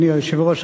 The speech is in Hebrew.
אדוני היושב-ראש,